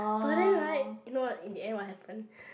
but then right you know what in the end what happen